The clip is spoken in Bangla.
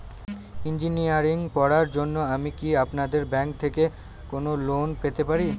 ইঞ্জিনিয়ারিং পড়ার জন্য আমি কি আপনাদের ব্যাঙ্ক থেকে কোন লোন পেতে পারি?